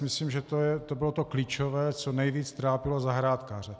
Myslím si, že to bylo to klíčové, co nejvíc trápilo zahrádkáře.